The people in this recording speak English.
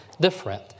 different